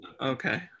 Okay